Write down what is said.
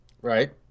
Right